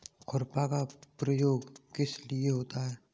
खुरपा का प्रयोग किस लिए होता है?